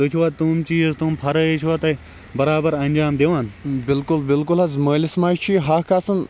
بِلکُل بِلکُل حظ مٲلِس ماجہٕ چھُ یہِ حَق آسان